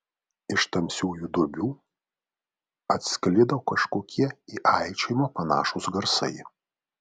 iš tamsiųjų duobių atsklido kažkokie į aikčiojimą panašūs garsai